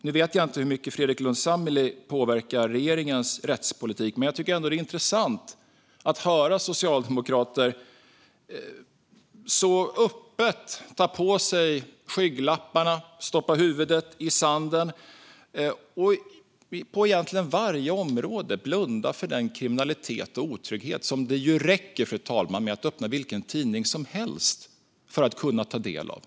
Nu vet jag inte hur mycket Fredrik Lundh Sammeli påverkar regeringens rättspolitik, men jag tycker ändå att det är intressant att socialdemokrater så öppet tar på sig skygglapparna, stoppar huvudet i sanden och på egentligen varje område blundar för den kriminalitet och otrygghet som det ju räcker, fru talman, att öppna vilken tidning som helst för att kunna ta del av.